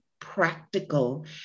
practical